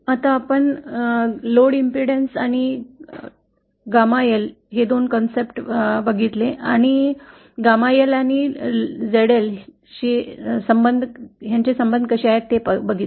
आता लोड प्रतिबाधा ही संकल्पना गुणांक संकल्पना आपण 2 gamma L आणि ZL शी संबंधित संबंध पाहिले